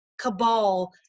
cabal